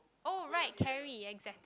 oh right Carie exactly